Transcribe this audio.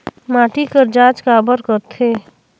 माटी कर जांच काबर करथे?